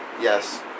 Yes